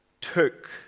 took